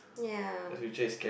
yeah